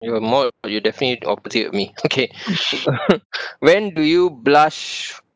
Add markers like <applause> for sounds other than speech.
you are more you definitely opposite of me okay <laughs> when do you blush